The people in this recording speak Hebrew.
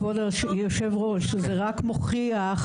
כבוד יושב הראש, זה רק מוכיח,